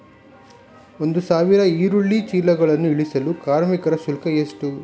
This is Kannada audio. ಒಂದು ಸಾವಿರ ಈರುಳ್ಳಿ ಚೀಲಗಳನ್ನು ಇಳಿಸಲು ಕಾರ್ಮಿಕರ ಶುಲ್ಕ ಎಷ್ಟು?